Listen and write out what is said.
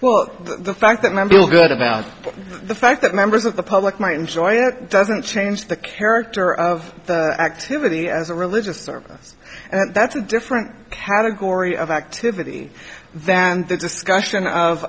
well the fact that my feel good about the fact that members of the public might enjoy it doesn't change the character of the activity as a religious service and that's a different category of activity than discussion of